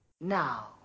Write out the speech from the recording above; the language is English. Now